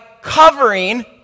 covering